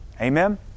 Amen